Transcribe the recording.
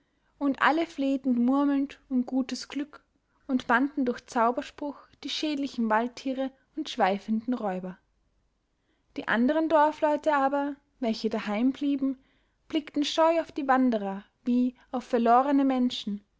und alle flehten murmelnd um gutes glück und bannten durch zauberspruch die schädlichen waldtiere und schweifenden räuber die anderen dorfleute aber welche daheim blieben blickten scheu auf die wanderer wie auf verlorene menschen